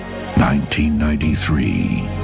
1993